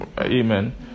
Amen